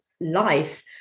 life